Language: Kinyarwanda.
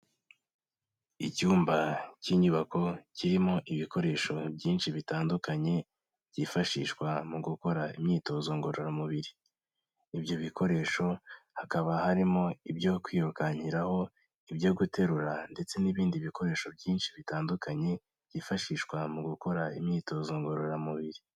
Icyumba cy'inyubako kirimo ibikoresho byinshi bitandukanye, byifashishwa mu gukora imyitozo ngororamubiri. Ibyo bikoresho hakaba harimo: ibyo kwirukankiraho, ibyo guterura ndetse n'ibindi bikoresho byinshi bitandukanye byifashishwa mu gukora imyitozo ngororamubiri.